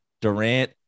durant